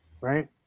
Right